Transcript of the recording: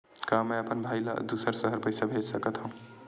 का मैं अपन भाई ल दुसर शहर पईसा भेज सकथव?